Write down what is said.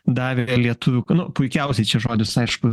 davė vė lietuvių nu puikiausiai čia žodis aišku